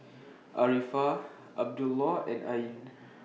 Arifa Abdullah and Ain